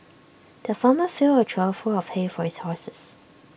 the farmer filled A trough full of hay for his horses